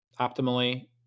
optimally